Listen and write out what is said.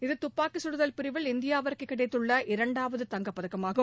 இது துப்பாக்கிச் சுடுதல் பிரிவில் இந்தியாவுக்கு கிடைத்துள்ள இரண்டாவது தங்கப்பதக்கம் ஆகும்